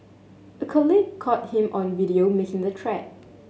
a colleague caught him on video making the threat